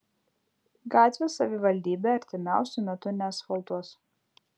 gatvės savivaldybė artimiausiu metu neasfaltuos